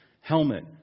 Helmet